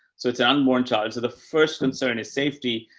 so it's an unborn child. so the first concern is safety.